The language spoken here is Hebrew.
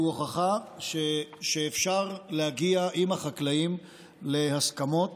הוא הוכחה שאפשר להגיע עם החקלאים להסכמות.